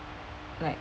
like